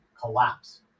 collapse